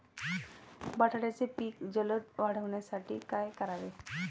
बटाट्याचे पीक जलद वाढवण्यासाठी काय करावे?